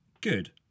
good